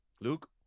Luke